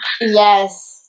yes